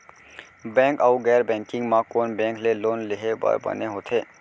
Bank अऊ गैर banking म कोन बैंक ले लोन लेहे बर बने होथे?